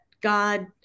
God